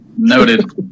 Noted